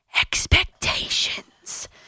Expectations